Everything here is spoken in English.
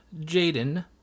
Jaden